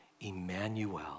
Emmanuel